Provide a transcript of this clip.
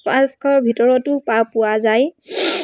পাঁচশৰ ভিতৰতো পা পোৱা যায়